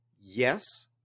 yes